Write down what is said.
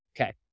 Okay